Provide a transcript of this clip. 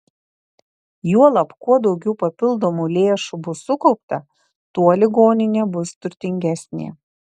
juolab kuo daugiau papildomų lėšų bus sukaupta tuo ligoninė bus turtingesnė